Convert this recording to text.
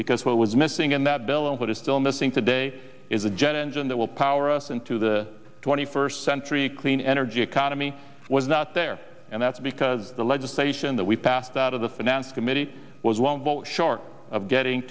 because what was missing in that bill and what is still missing today is a jet engine that will power us into the twenty first century clean energy economy was not there and that's because the legislation that we passed out of the finance committee was alone votes short of getting